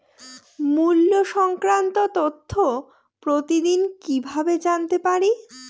মুল্য সংক্রান্ত তথ্য প্রতিদিন কিভাবে জানতে পারি?